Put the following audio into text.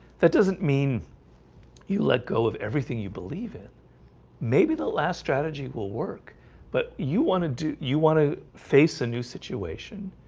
that doesn't mean you let go of everything you believe it may be the last strategy will work but you want to do you want to face a new situation?